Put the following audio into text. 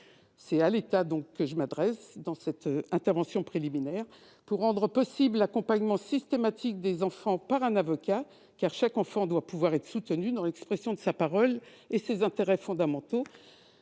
C'est à lui que je m'adresse dans cette intervention liminaire. Il faut rendre possible l'accompagnement systématique des enfants par un avocat, car chaque enfant doit pouvoir être soutenu dans l'expression de sa parole et dans la défense de ses intérêts fondamentaux.